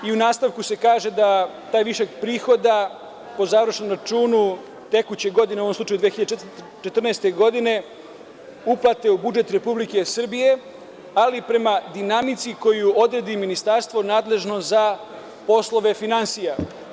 U nastavku se kaže da taj višak prihoda po završnom računu tekuće godine, u ovom slučaju 2014. godine, uplate u budžet Republike Srbije, ali prema dinamici koju odredi ministarstvo nadležno za poslove finansija.